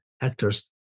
actors